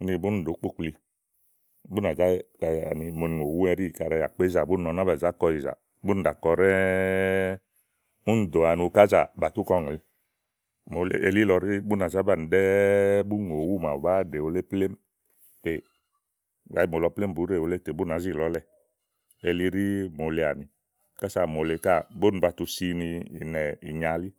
úni buni ɖòó kpokplíì úni bú nà zá ya ni kàɖi ìŋòwá ɛɖíì, kaɖi àkpézà ábà zá kɔ ìyìzá, kaɖi Bìà bù ɖa kɔ ɖɛ́ɛ́ úni ɖò ani ukázà tè bà tú kɔ ùŋle elílɔ elí bú nà zá banìi ɖɛ́ɛ́ búni ìŋòwú màaɖu bàáa ɖè wu lé plémú tè kaɖi mòoni ìŋò wú màaɖu bùú ɖe wúlé tè bú nàá zi làa ɔ̀lɛ̀ elí ɖí mòole àni, kása mòole káà búni batu si ni ìnɛ̀ ìnyalì.